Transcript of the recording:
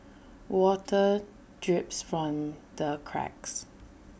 water drips from the cracks